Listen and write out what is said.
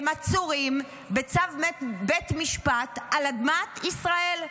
הם עצורים בצו בית משפט על אדמת ישראל.